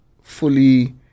fully